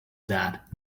that